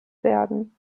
werden